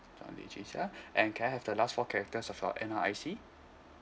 sir and can I have the last four characters of your N_R_I_C